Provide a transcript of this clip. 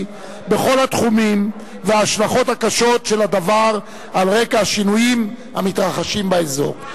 בכל התחומים והשלכותיה הקשות על רקע השינויים המתרחשים באזור.